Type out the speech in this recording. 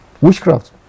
Witchcraft